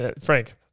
Frank